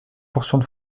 portions